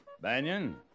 Banyan